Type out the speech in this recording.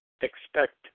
expect